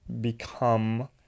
become